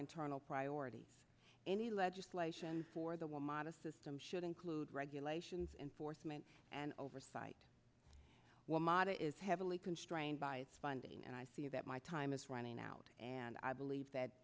internal priorities any legislation for the will modest system should include regulations enforcement and oversight one model is heavily constrained by its funding and i feel that my time is running out and i believe that